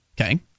Okay